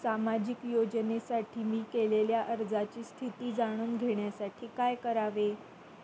सामाजिक योजनेसाठी मी केलेल्या अर्जाची स्थिती जाणून घेण्यासाठी काय करावे?